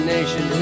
Nation